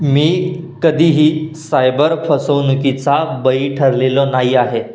मी कधीही सायबर फसवणुकीचा बळी ठरलेला नाही आहे